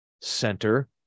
center